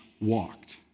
walked